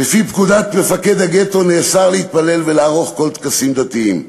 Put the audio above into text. "לפי פקודת מפקד הגטו נאסר להתפלל ולערוך כל טקסים דתיים.